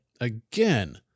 again